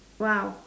!wow!